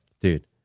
Dude